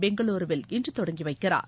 பெங்களுருவில் இன்று தொடங்கிவைக்கிறார்